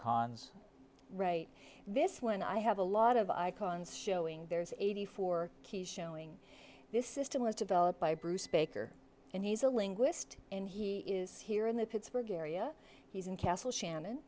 cons right this one i have a lot of icons showing there's eighty four keys showing this system was developed by bruce baker and he's a linguist and he is here in the pittsburgh area he's in castle shannon